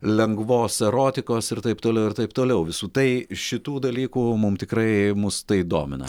lengvos erotikos ir taip toliau ir taip toliau visų tai šitų dalykų mum tikrai mus tai domina